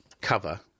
cover